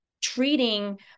treating